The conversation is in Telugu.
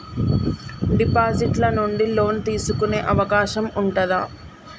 డిపాజిట్ ల నుండి లోన్ తీసుకునే అవకాశం ఉంటదా?